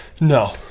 No